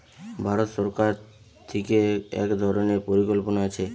ভারত সরকার থিকে এক ধরণের পরিকল্পনা আছে